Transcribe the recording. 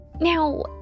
Now